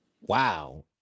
wow